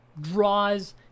draws